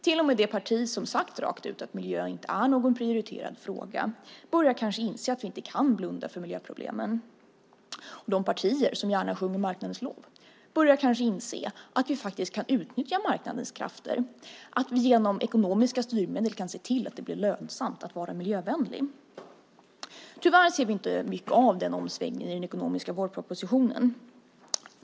Till och med det parti som sagt rakt ut att miljö inte är någon prioriterad fråga börjar kanske inse att vi inte kan blunda för miljöproblemen. De partier som gärna sjunger marknadens lov börjar kanske inse att vi faktiskt kan utnyttja marknadens krafter och genom ekonomiska styrmedel kan se till att det blir lönsamt att vara miljövänlig. Tyvärr ser vi inte mycket av den omsvängningen i den ekonomiska vårpropositionen.